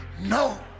no